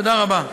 תודה רבה.